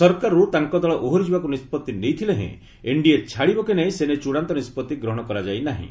ସରକାରରୁ ତାଙ୍କ ଦଳ ଓହରି ଯିବାକୁ ନିଷ୍କଭି ନେଇଥିଲେ ହେଁ ଏନ୍ଡିଏ ଛାଡ଼ିବ କି ନାହିଁ ସେ ନେଇ ଚୂଡ଼ାନ୍ତ ନିଷ୍କଭି ଗ୍ରହଣ କରାଯାଇ ନାହିଁ